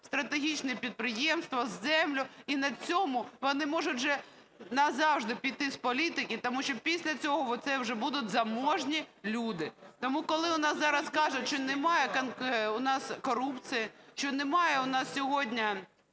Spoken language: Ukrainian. стратегічні підприємства, землю. І на цьому вони можуть вже назавжди піти з політики тому що після цього це вже будуть заможні люди. Тому, коли у нас зараз кажуть, що немає у нас корупції, що немає у нас сьогодні